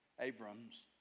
Abram's